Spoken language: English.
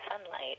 sunlight